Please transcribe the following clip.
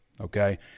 okay